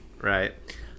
right